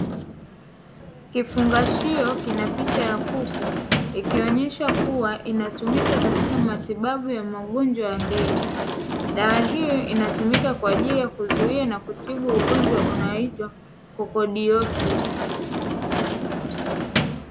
Kifungashio kina picha ya kuku ikionesha kuwa inatumika katika matibabu ya magonjwa ya ndege, dawa hio inatumika kwa ajili ya kuzuia na kutibu ugonjwa unaoitwa kokodiosisi.